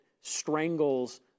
strangles